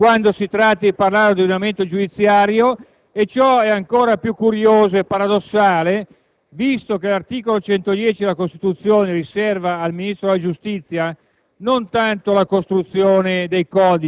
come non è mai presente in Commissione quando si tratta di parlare dell'ordinamento giudiziario. Ciò è ancora più curioso e paradossale visto che l'articolo 110 della Costituzione riserva al Ministro della giustizia